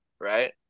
right